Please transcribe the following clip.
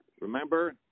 Remember